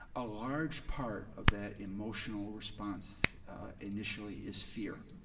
a large part of that emotional response initially is fear,